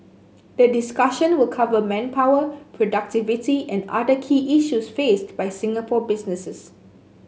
the discussion will cover manpower productivity and other key issues faced by Singapore businesses